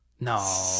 No